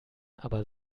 aber